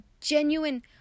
genuine